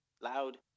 loud